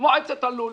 מועצת הלול,